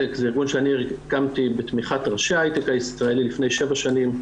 ארגון שהקמתי בתמיכת ראשי ההייטק הישראלי לפני שבע שנים,